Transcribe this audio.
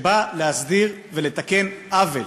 שבא להסדיר ולתקן עוול.